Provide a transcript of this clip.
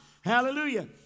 Hallelujah